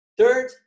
third